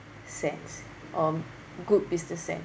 sense um good business sense